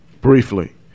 briefly